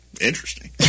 Interesting